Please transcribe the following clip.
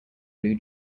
blue